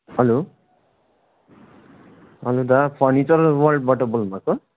hello हजुर दा furniture वर्ल्डबाट बोल्नुभएको हो